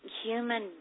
human